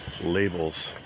labels